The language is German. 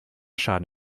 schaden